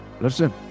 Listen